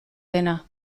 dena